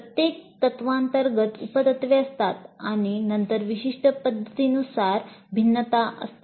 प्रत्येक तत्वांतर्गत उप तत्त्वे असतात आणि नंतर विशिष्ट परिस्थितीनुसार भिन्नता असतात